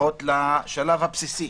לפחות לשלב הבסיסי,